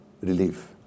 relief